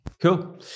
Cool